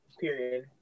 period